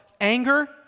anger